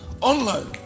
Online